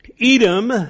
Edom